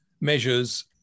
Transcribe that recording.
measures